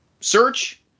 search